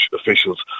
officials